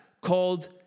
called